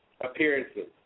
appearances